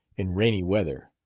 in rainy weather,